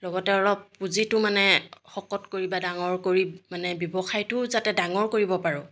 লগতে অলপ পুঁজিটো মানে শকত কৰি বা ডাঙৰ কৰি মানে ব্যৱসায়টোও যাতে ডাঙৰ কৰিব পাৰোঁ